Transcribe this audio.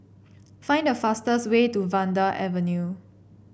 find the fastest way to Vanda Avenue